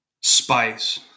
spice